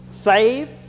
save